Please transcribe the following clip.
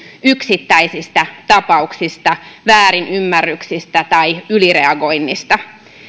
yksittäisistä tapauksista väärinymmärryksistä tai ylireagoinnista